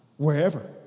wherever